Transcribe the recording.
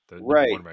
right